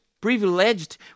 privileged